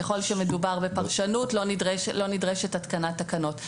ככל שמדובר בפרשנות, לא נדרשת התקנת תקנות.